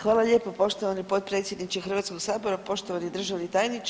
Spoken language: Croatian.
Hvala lijepo poštovani potpredsjedniče Hrvatskog sabora, poštovani državni tajniče.